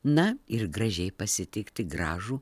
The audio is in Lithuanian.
na ir gražiai pasitikti gražų